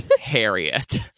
harriet